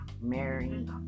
Mary